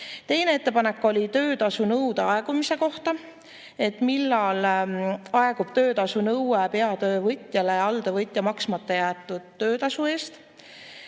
Teine ettepanek oli töötasu nõude aegumise kohta. Millal aegub töötasu nõue peatöövõtjale alltöövõtja maksmata jäetud töötasu eest?